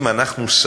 אם אנחנו שמים